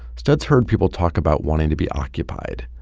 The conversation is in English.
studs heard people talk about wanting to be occupied,